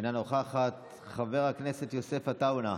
אינה נוכחת, חבר הכנסת יוסף עטאונה,